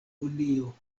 unio